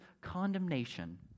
condemnation